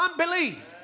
unbelief